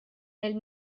elle